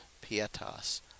pietas